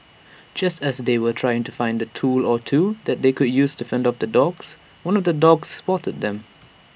just as they were trying to find A tool or two that they could use to fend off the dogs one of the dogs spotted them